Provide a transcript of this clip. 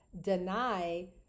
deny